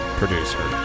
producer